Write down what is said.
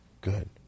good